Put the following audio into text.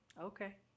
Okay